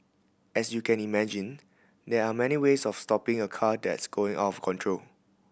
as you can imagine there are many ways of stopping a car that's going out of control